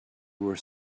were